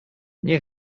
nie